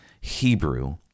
Hebrew